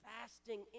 fasting